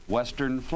Western